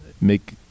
make